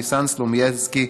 ניסן סלומינסקי,